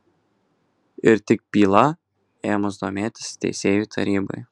ir tik byla ėmus domėtis teisėjų tarybai